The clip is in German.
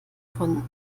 von